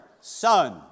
son